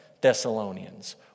Thessalonians